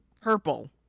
purple